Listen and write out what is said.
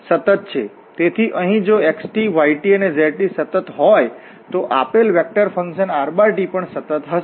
તેથી અહીં જો x y અને z સતત હોય તો આપેલ વેક્ટરફંકશન r પણ સતત હશે